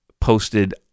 posted